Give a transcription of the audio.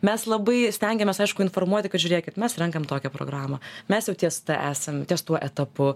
mes labai stengiamės aišku informuoti kad žiūrėkit mes renkam tokią programą mes jau ties ta esam ties tuo etapu